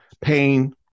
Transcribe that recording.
pain